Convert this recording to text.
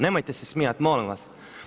Nemojte se smijat molim vas!